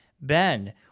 Ben